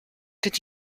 did